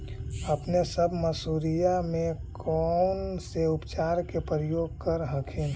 अपने सब मसुरिया मे कौन से उपचार के प्रयोग कर हखिन?